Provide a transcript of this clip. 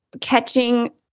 catching